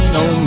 no